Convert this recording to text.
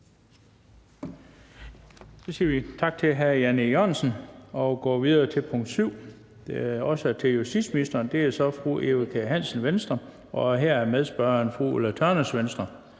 Så siger vi tak til hr. Jan E. Jørgensen. Vi går videre til spørgsmål 7, der også er til justitsministeren, og det er af fru Eva Kjer Hansen, Venstre, og her er medspørgeren fru Ulla Tørnæs, Venstre.